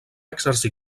exercir